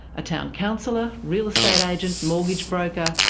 a town councillor, real estate agent, mortgage broker,